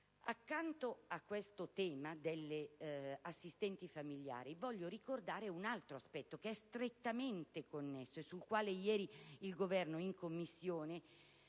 Accanto al tema delle assistenti familiari, voglio ricordare un altro aspetto, strettamente connesso e sul quale ieri il Governo, in Commissione,